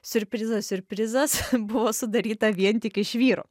siurprizas siurprizas buvo sudaryta vien tik iš vyrų